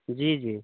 जी जी